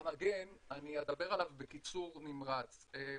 אני אדבר בקיצור נמרץ על המגן.